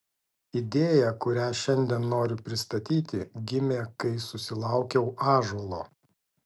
idėja kurią šiandien noriu pristatyti gimė kai susilaukiau ąžuolo